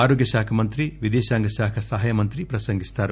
ఆరోగ్యశాఖ మంత్రి విదేశాంగ శాఖ సహాయ మంత్రి ప్రసంగిస్తారు